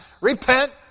repent